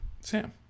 Sam